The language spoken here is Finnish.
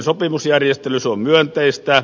se on myönteistä